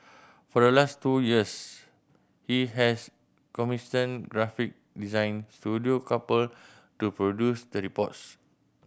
for the last two years he has commissioned graphic design studio Couple to produce the reports